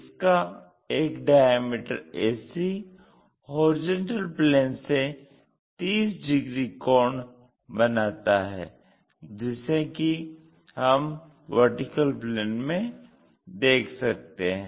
इसका एक diameter AC HP से 30 डिग्री कोण बनाता है जिसे कि हम VP में देख सकते हैं